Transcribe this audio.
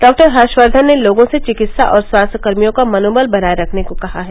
डॉ हर्षक्र्न ने लोगों से चिकित्सा और स्वास्थ्य कर्मियों का मनोबल बनाए रखने को कहा है